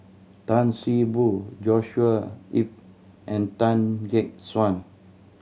Tan See Boo Joshua Ip and Tan Gek Suan